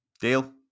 Deal